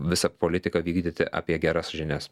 visą politiką vykdyti apie geras žinias